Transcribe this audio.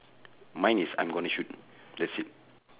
mine is I'm gonna shoot that's it